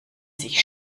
sich